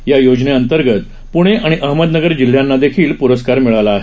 या योजनेअंतर्गत प्णे आणि अहमदनगर जिल्ह्यांनाही प्रस्कार मिळाला आहे